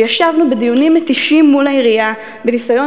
וישבנו בדיונים מתישים מול העירייה בניסיון